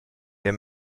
der